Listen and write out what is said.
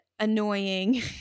annoying